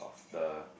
the